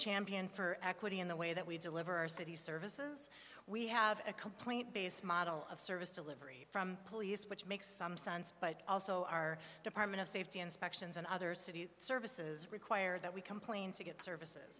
champion for equity in the way that we deliver our city services we have a complaint base model of service delivery from police which makes some sense but also our department of safety inspections and other city services require that we complain to get services